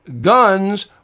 guns